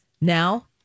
Now